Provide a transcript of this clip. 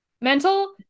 mental